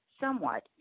somewhat